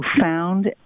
found